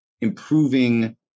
improving